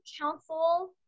council